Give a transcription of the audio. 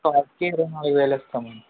కాసుకి ఇరవై నాలుగు వేలు ఇస్తాము అండి